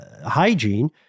hygiene